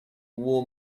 war